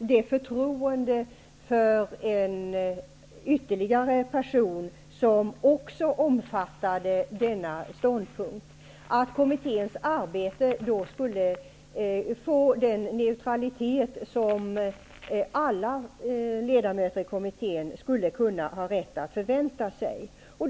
inte förtroende för att kommitténs arbete med en ytterligare person som omfattade denna ståndpunkt skulle bli så neutralt som alla ledamöter av kommittén har rätt att förvänta sig.